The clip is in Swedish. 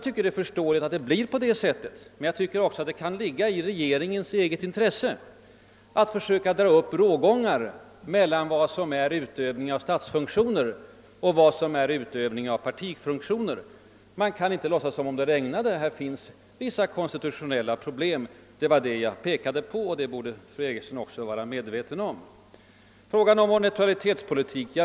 Det är förståeligt att det blir på det sättet, men jag tycker att det borde ligga i regeringens eget intresse att försöka dra upp rågångar mellan vad som är utövning av statsfunktioner och vad som är utövning av partifunktioner. Man kan inte låtsas som om det regnade. Här finns vissa konstitutionella problem. Det var det jag pekade på, och det borde också fru Eriksson i Stockholm vara medveten om.